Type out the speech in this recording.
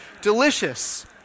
Delicious